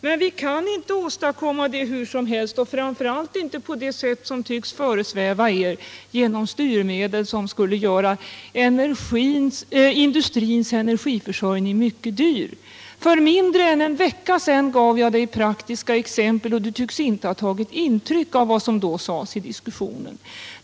Men vi kan inte åstadkomma detta hur som helst, framför allt inte på det sätt som tycks föresväva er, nämligen genom styrmedel som skulle göra industrins energiförsörjning mycket dyr. För mindre än en vecka sedan gav jag dig praktiska exempel, men du tycks inte ha tagit intryck av vad som sades i den diskussionen.